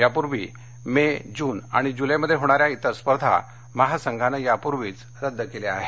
यापूर्वी May June आणि जूलैमध्ये होणाऱ्या इतर स्पर्धा महासंघानं यापूर्वीच रद्द केल्या आहेत